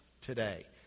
today